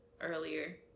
earlier